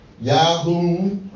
Yahoo